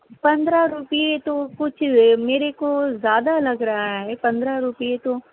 پندرہ روپئے تو کچھ میرے کو زیادہ لگ رہا ہے پندرہ روپئے تو